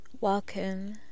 Welcome